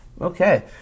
Okay